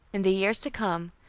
in the years to come,